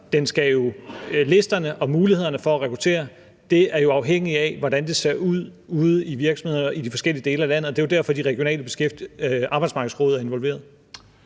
listen og muligheden for at rekruttere er jo afhængig af, hvordan det ser ud ude i virksomhederne i de forskellige dele af landet, og det er derfor, de regionale arbejdsmarkedsråd